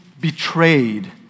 betrayed